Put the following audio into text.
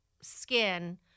skin